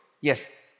Yes